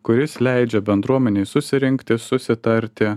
kuris leidžia bendruomenei susirinkti susitarti